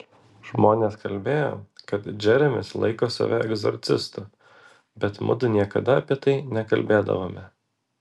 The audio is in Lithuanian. žmonės kalbėjo kad džeremis laiko save egzorcistu bet mudu niekada apie tai nekalbėdavome